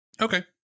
okay